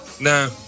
No